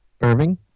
Irving